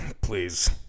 please